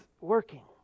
working